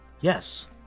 Yes